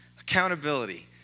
Accountability